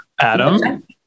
Adam